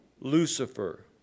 Lucifer